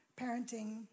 parenting